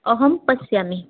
अहं पश्यामि